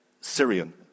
Syrian